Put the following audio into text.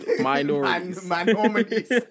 Minorities